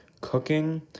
cooking